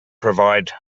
provide